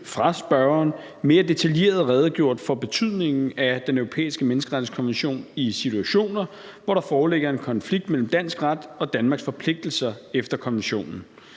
fra spørgeren, mere detaljeret redegjort for betydningen af Den Europæiske Menneskerettighedskonvention i situationer, hvor der foreligger en konflikt mellem dansk ret og Danmarks forpligtelser efter konventionen.